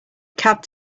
cab